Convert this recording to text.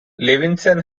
levinson